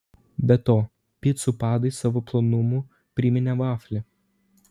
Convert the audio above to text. be to picų padai savo plonumu priminė vaflį